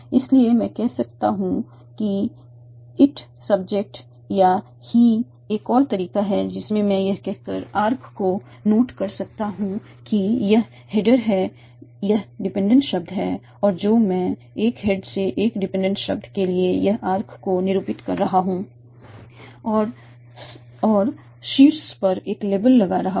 इसलिए मैं कह सकता हूं कि ईट सब्जेक्ट या ही एक और तरीका है जिसमें मैं यह कहकर आर्क को नोट कर सकता हूं कि यह हेडर है यह डिपेंडेंट शब्द है जो मैं एक हेड से एक डिपेंडेंट शब्द के लिए एक आर्क को निरूपित कर रहा हूं और शीर्ष पर एक लेबल लगा रहा हूं